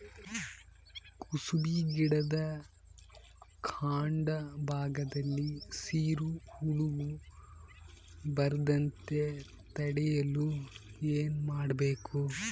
ಕುಸುಬಿ ಗಿಡದ ಕಾಂಡ ಭಾಗದಲ್ಲಿ ಸೀರು ಹುಳು ಬರದಂತೆ ತಡೆಯಲು ಏನ್ ಮಾಡಬೇಕು?